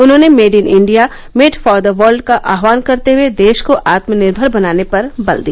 उन्होंने made in India made for the world का आह्वान करते हुए देश को आत्मनिर्भर बनाने पर बल दिया